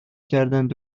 کردند